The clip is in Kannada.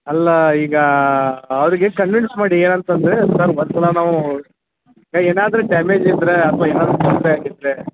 ಅಲ್ಲಾ ಈಗ ಅವರಿಗೆ ಕನ್ವಿನ್ಸ್ ಮಾಡಿ ಏನಂತಂದರೆ ಸರ್ ಒಂದ್ಸಲ ನಾವು ಈಗ ಏನಾದರು ಡ್ಯಾಮೇಜ್ ಇದ್ದರೆ ಅಥ್ವಾ ಏನಾದರು ತೊಂದರೆ ಆಗಿದ್ದರೆ